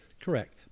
Correct